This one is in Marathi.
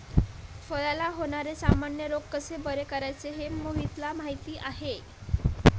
फळांला होणारे सामान्य रोग कसे बरे करायचे हे मोहितला माहीती आहे